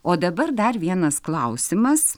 o dabar dar vienas klausimas